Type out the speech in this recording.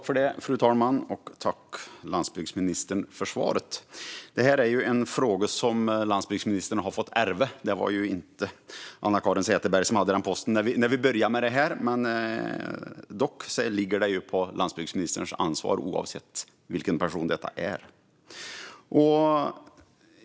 Fru talman! Jag tackar landsbygdsministern för svaret. Det här är en fråga som landsbygdsministern har fått ärva. Det var inte Anna-Caren Sätherberg som innehade posten när vi började med frågan, men dock ligger frågan på landsbygdsministerns ansvar oavsett vem personen är.